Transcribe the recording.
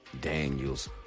Daniels